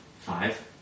Five